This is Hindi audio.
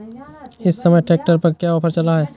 इस समय ट्रैक्टर पर क्या ऑफर चल रहा है?